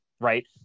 right